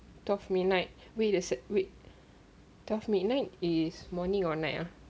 twelve midnight wait a sec wait twelve midnight is morning or night ah